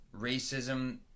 racism